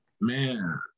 Man